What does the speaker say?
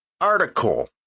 article